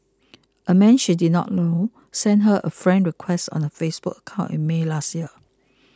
a man she did not know sent her a friend request on her Facebook account in May last year